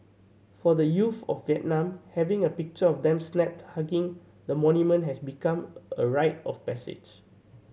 for the youth of Vietnam having a picture of them snapped hugging the monument has become a rite of passage